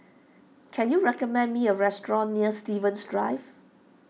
can you recommend me a restaurant near Stevens Drive